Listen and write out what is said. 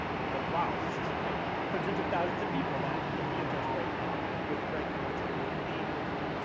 i was like wow, this is great. hundreds of thousands of people that can be addressed right now with write content and the theme, the khan,